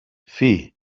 فيه